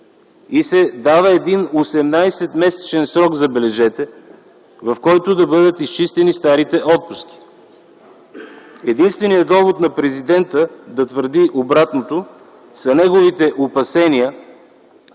и се дава един 18 месечен срок, забележете, в който да бъдат изчистени старите отпуски. Единственият довод на президента да твърди обратното са неговите опасения,